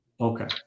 Okay